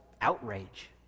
outrage